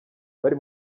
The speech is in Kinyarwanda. bari